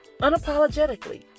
Unapologetically